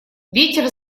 ветер